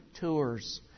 tours